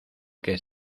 que